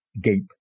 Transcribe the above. gape